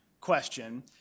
question